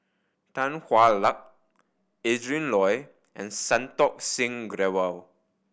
Tan Hwa Luck Adrin Loi and Santokh Singh Grewal